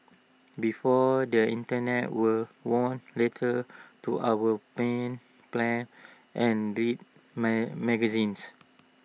before the Internet were wrote letters to our pen pals and read magazines